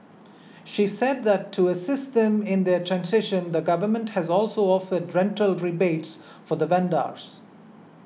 she said that to assist them in their transition the government has also offered rental rebates for the vendors